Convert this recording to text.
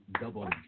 double